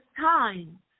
time